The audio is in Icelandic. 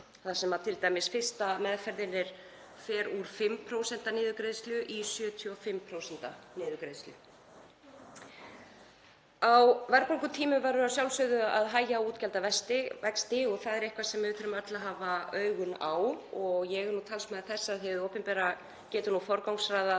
þar sem t.d. fyrsta meðferðin fer úr 5% niðurgreiðslu í 75% niðurgreiðslu. Á verðbólgutímum verður að sjálfsögðu að hægja á útgjaldavexti og það er eitthvað sem við þurfum öll að hafa augun á og ég er talsmaður þess að hið opinbera geti forgangsraðað